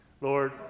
Lord